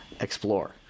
explore